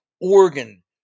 organ